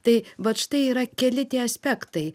tai vat štai yra keli tie aspektai